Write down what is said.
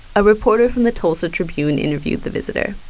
a reporter from the tulsa tribune interviewed the visitor.